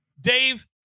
Dave